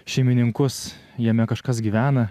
šeimininkus jame kažkas gyvena